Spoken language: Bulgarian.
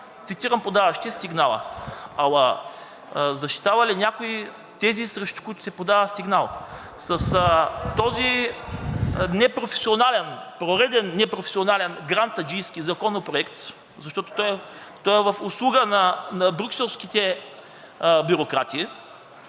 цитирам – „подаващия сигнала“. Но защитава ли някой тези, срещу които се подава сигнал? С този пореден непрофесионален, грантаджийски законопроект, защото той е в услуга на брюкселските бюрократи